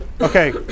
Okay